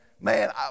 Man